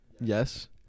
Yes